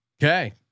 Okay